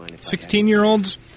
Sixteen-year-olds